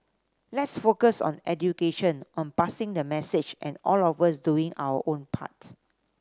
let's focus on education on passing the message and all of us doing our own part